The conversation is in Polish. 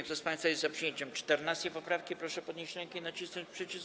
Kto z państwa jest za przyjęciem 14. poprawki, proszę podnieść rękę i nacisnąć przycisk.